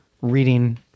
reading